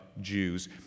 Jews